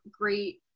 great